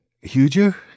huger